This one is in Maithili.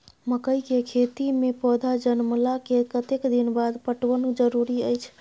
मकई के खेती मे पौधा जनमला के कतेक दिन बाद पटवन जरूरी अछि?